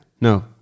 No